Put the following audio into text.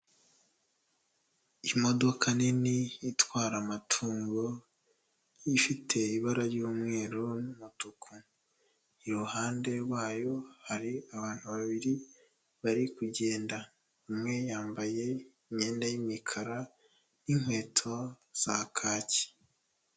Imodoka nini itwara amatungo, ifite ibara ry'umweru n'umutuku, iruhande rwayo hari abantu babiri bari kugenda, umwe yambaye imyenda y'imikara n'inkweto za kaki.